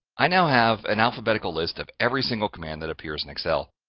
i now have an alphabetical list of every single command that appears in excel.